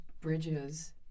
bridges